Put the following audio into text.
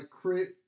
Crit